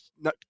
no